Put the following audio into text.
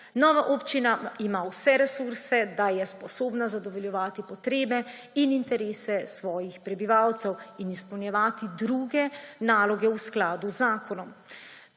Nova občina ima vse resurse, da je sposobna zadovoljevati potrebe in interese svojih prebivalcev in izpolnjevati druge naloge v skladu z zakonom.